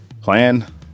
Plan